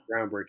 groundbreaking